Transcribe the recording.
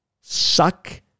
suck